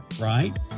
right